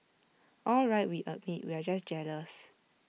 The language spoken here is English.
all right we admit we're just jealous